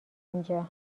اینجا